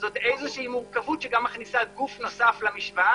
זו איזו שהיא מורכבות שגם מכניסה גוף נוסף למשוואה